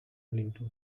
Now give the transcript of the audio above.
into